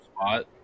spot